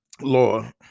law